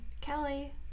Kelly